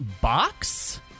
box